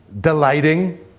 delighting